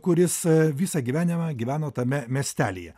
kuris visą gyvenimą gyveno tame miestelyje